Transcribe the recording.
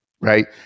right